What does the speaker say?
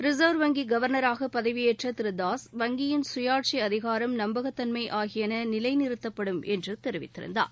ரின்வ் வங்கி கவர்னராக பதவியேற்ற திரு தாஸ் வங்கியின் சுயாட்சி அதிகாரம் நம்பகத்தன்ம ஆகியன நிலைநிறுத்தப்படும் என்று தெரிவித்திருந்தார்